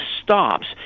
stops